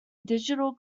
digital